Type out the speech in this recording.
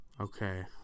Okay